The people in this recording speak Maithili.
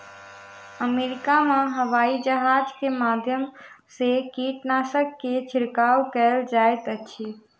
अमेरिका में हवाईजहाज के माध्यम से कीटनाशक के छिड़काव कयल जाइत अछि